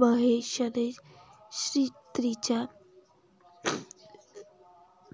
महेशने छिन्नीच्या